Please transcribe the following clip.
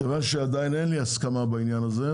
מכיוון שעדיין אין לי הסכמה בעניין הזה,